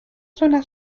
zona